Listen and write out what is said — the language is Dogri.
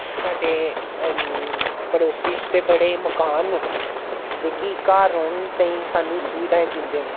साड्डे पड़ोसी ते बड़े मकान न जेह्की घर रौह्न ताईं सानूं सुविधाएं दिंदे न